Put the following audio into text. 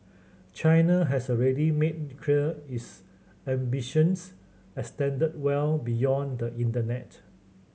China has already made clear its ambitions extend well beyond the internet